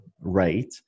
rate